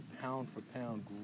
pound-for-pound